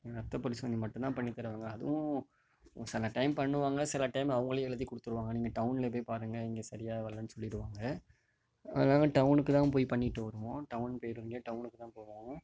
ரத்த பரிசோதனை மட்டும்தான் பண்ணி தருவாங்க அதுவும் சில டைம் பண்ணுவாங்க சில டைம் அவங்களே எழுதி கொடுத்துருவாங்க நீங்கள் டவுனில் போய் பாருங்கள் இங்கே சரியாக வரலை சொல்லிடுவாங்க அதனால டவுனுக்கு தான் போய் பண்ணிவிட்டு வருவோம் டவுன் போறவங்க டவுனுக்கு தான் போவாங்க